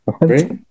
right